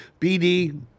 BD